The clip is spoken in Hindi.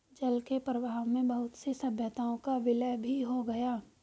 जल के प्रवाह में बहुत सी सभ्यताओं का विलय भी हो गया